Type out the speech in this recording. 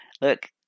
Look